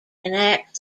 enact